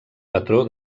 patró